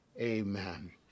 amen